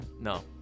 No